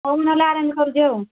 ହଉ ମୁଁ ନ ହେଲେ ଆରେଞ୍ଜ କରୁଛି ଆଉ